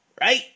Right